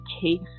case